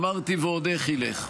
אמרתי: ועוד איך ילך.